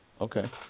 Okay